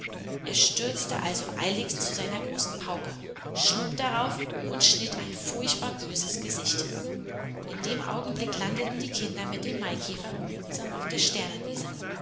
er stürzte also eiligst zu seiner großen pauke schlug darauf und schnitt ein furchtbar böses gesicht in dem augenblick landeten die kinder mit dem maikäfer behutsam auf der sternenwiese